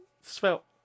svelte